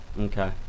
Okay